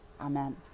Amen